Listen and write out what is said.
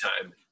time